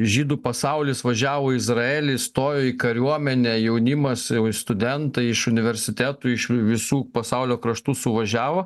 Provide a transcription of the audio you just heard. žydų pasaulis važiavo į izraelį stojo į kariuomenę jaunimas studentai iš universitetų iš visų pasaulio kraštų suvažiavo